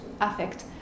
affect